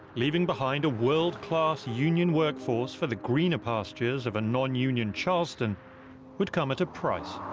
leaving behind a world-class union workforce for the greener pastures of non-union charleston would come at a price.